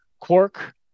Quark